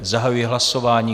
Zahajuji hlasování.